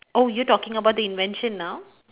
oh you talking about the invention now